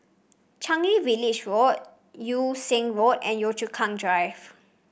Changi Village Road Yew Siang Road and Yio Chu Kang Drive